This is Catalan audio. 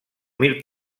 mil